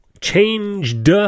changed